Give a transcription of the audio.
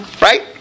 Right